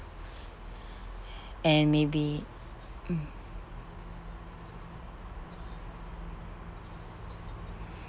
and maybe mm